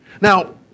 Now